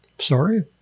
Sorry